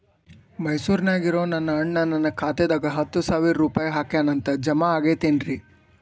ಮೈಸೂರ್ ನ್ಯಾಗ್ ಇರೋ ನನ್ನ ಅಣ್ಣ ನನ್ನ ಖಾತೆದಾಗ್ ಹತ್ತು ಸಾವಿರ ರೂಪಾಯಿ ಹಾಕ್ಯಾನ್ ಅಂತ, ಜಮಾ ಆಗೈತೇನ್ರೇ?